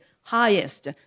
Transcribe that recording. highest